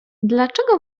dlaczego